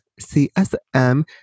CSM